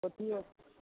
पोठियो